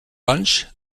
lunch